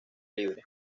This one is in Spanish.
libre